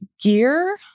Gear